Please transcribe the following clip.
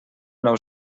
nou